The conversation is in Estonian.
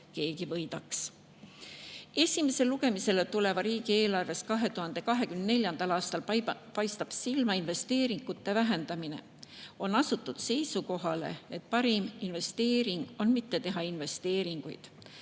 võidaks. Esimesele lugemisele tulevast 2024. aasta riigieelarvest paistab silma investeeringute vähendamine. On asutud seisukohale, et parim investeering on mitte teha investeeringuid.